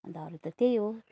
अन्त अरू त त्यही हो